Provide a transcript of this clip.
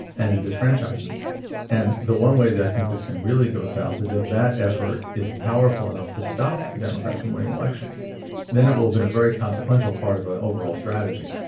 and disfranchisement and the one way that i think this can really go south is if that effort is powerful enough to stop the democrats from winning elections then it will been a very consequential part of our ah overall strategy.